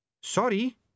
Sorry